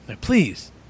Please